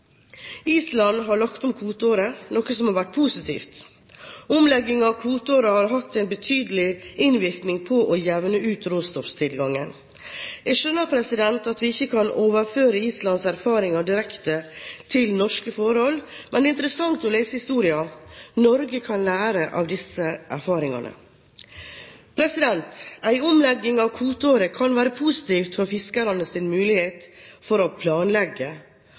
Island har lagt om kvoteåret, noe som har vært positivt. Omleggingen av kvoteåret har hatt en betydelig innvirkning på å jevne ut råstofftilgangen. Jeg skjønner at vi ikke kan overføre Islands erfaringer direkte til norske forhold, men det er interessant å lese historien. Norge kan lære av disse erfaringene. En omlegging av kvoteåret kan være positivt for fiskernes mulighet for å planlegge,